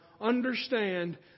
understand